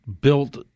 built